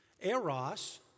Eros